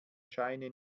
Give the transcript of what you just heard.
scheine